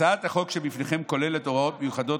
הצעת החוק שבפניכם כוללת הוראות מיוחדות